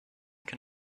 can